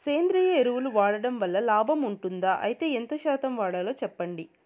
సేంద్రియ ఎరువులు వాడడం వల్ల లాభం ఉంటుందా? అయితే ఎంత శాతం వాడాలో చెప్పండి?